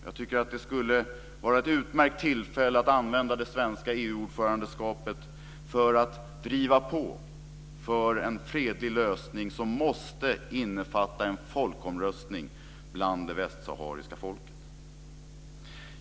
Jag tycker att det skulle vara ett utmärkt tillfälle att använda det svenska EU-ordförandeskapet till att driva på för en fredlig lösning som måste innefatta en folkomröstning bland det västsahariska folket.